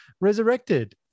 resurrected